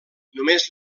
només